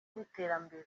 n’iterambere